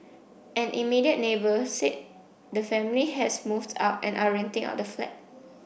an immediate neighbour said the family has moved out and are renting out the flat